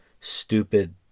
stupid